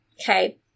Okay